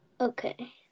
Okay